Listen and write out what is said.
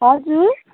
हजुर